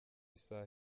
isaha